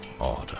order